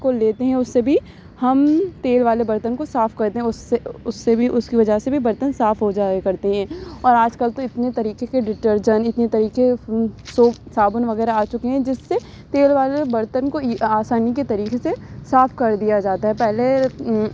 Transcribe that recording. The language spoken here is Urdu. کو لیتے اس سے بھی ہم تیل والے برتن کو صاف کرتے ہیں اس سے اس سے بھی اس کی وجہ سے بھی برتن صاف ہو جایا کرتے ہیں اور آج کل تو اتنے طریقے کے ڈٹرجن اتنے طریقے سوپ صابن وغیرہ آ چکے ہیں جس سے تیل والے برتن کو یہ آسانی کے طریقے سے صاف کر دیا جاتا ہے پہلے